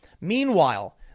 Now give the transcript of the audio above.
Meanwhile